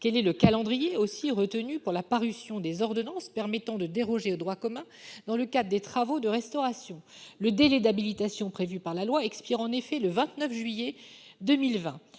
Quel est le calendrier retenu pour la parution des ordonnances permettant de déroger au droit commun dans le cadre des travaux de restauration ? Le délai d'habilitation prévue par la loi expire en effet le 29 juillet 2020.